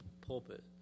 pulpit